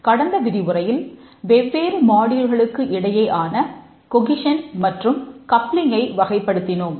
கடந்த விரிவுரையில் வெவ்வேறு மாடியூல்களுக்கு வகைப்படுத்தினோம்